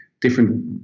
different